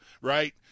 right